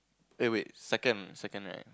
eh wait second second right